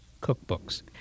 cookbooks